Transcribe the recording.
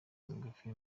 migufi